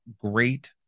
great